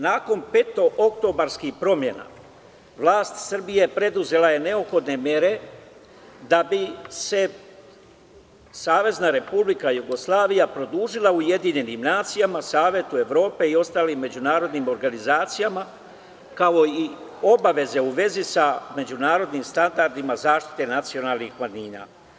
Nakon petooktobarskih promena vlast Srbije preduzela je neophodne mere da bi se Savezna Republika Jugoslavija pridružila UN, Savetu Evrope i ostalim međunarodnim organizacijama kao i obaveze u vezi sa međunarodnim standardima zaštite nacionalnih manjina.